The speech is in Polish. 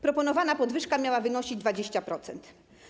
Proponowana podwyżka miała wynosić 20%.